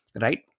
right